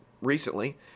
recently